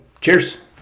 Cheers